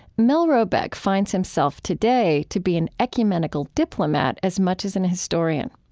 mel robeck finds himself today to be an ecumenical diplomat as much as and a historian.